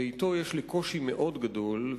ואתו יש לי קושי מאוד גדול,